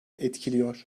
etkiliyor